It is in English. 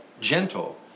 gentle